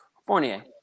Fournier